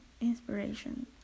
inspiration